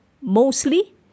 mostly